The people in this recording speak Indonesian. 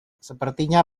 sepertinya